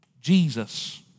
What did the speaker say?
Jesus